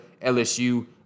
LSU